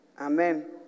Amen